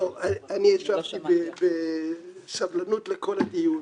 לא, אני ישבתי בסבלנות כל הדיון.